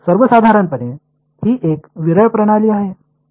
सर्वसाधारणपणे ही एक विरल प्रणाली आहे